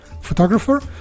photographer